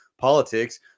politics